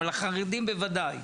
אבל החרדים בוודאי.